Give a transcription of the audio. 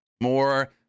more